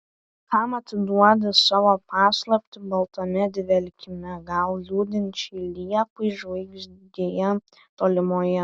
kam atiduodi savo paslaptį baltame dvelkime gal liūdinčiai liepai žvaigždėje tolimoje